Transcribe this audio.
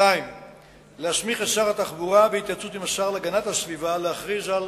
2. להסמיך את שר התחבורה בהתייעצות עם השר להגנת הסביבה להכריז על